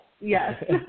yes